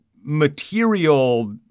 material